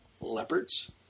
leopards